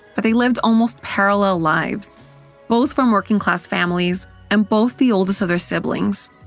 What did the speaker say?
but they lived almost parallel lives both from working-class families and both the oldest of their siblings.